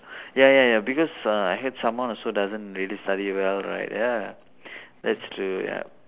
ya ya ya because uh I heard someone who also doesn't really study well right ya that's true ya